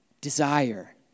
desire